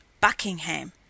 Buckingham